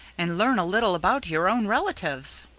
and learn a little about your own relatives.